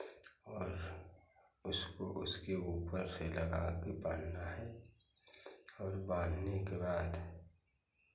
और उसको उसके ऊपर से लगा के बांधना है और बांधने के बाद